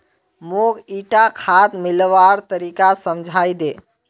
मौक ईटा खाद मिलव्वार तरीका समझाइ दे